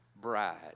Bride